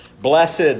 Blessed